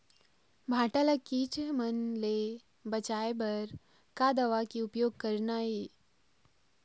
भांटा ला कीट हमन ले बचाए बर का दवा के उपयोग करना ये?